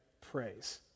praise